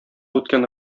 үткән